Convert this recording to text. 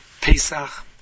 Pesach